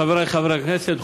חברי חברי הכנסת,